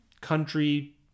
country